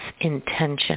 intention